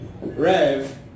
REV